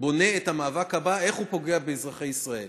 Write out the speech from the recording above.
בונה את המאבק הבא, איך הוא פוגע באזרחי ישראל.